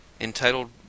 entitled